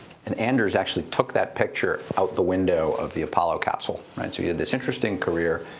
and anders actually took that picture out the window of the apollo capsule. so he had this interesting career.